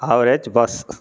average pass